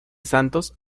santos